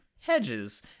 hedges